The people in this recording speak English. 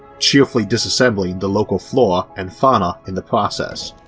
cheerfully disassembling the local flora and fauna in the process.